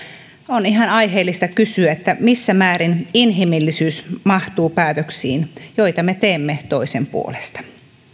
on ihan aiheellista kysyä missä määrin inhimillisyys mahtuu päätöksiin joita me teemme toisen puolesta